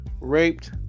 raped